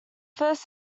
first